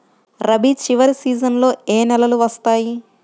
రబీ చివరి సీజన్లో ఏ నెలలు వస్తాయి?